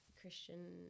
Christian